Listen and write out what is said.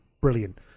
Brilliant